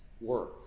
work